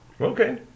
Okay